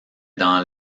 dans